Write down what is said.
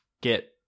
get